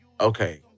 Okay